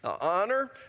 honor